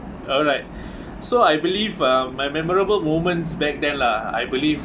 alright so I believe uh my memorable moments back then lah I believe